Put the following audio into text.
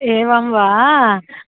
एवं वा